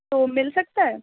تو وہ مل سکتا ہے